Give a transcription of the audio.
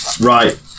Right